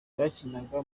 bakinaga